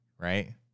right